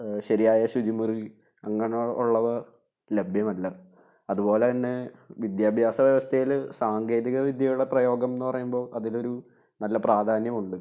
ശരിയായ ശുചിമുറി അങ്ങനെ ഉള്ളവ ലഭ്യമല്ല അതുപോലെതന്നെ വിദ്യാഭ്യാസ വ്യവസ്ഥയില് സാങ്കേതികവിദ്യയുടെ പ്രയോഗം എന്നു പറയുമ്പോള് അതിലൊരു നല്ല പ്രാധാന്യമുണ്ട്